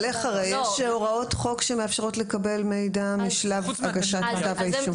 אבל יש הוראות חוק שמאפשרות לקבל מידע משלב הגשת כתב האישום.